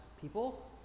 people